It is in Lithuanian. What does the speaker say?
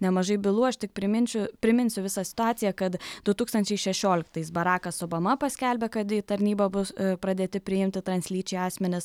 nemažai bylų aš tik priminčiu priminsiu visą situaciją kad du tūkstančiai šešioliktais barakas obama paskelbė kad į tarnybą bus pradėti priimti translyčiai asmenys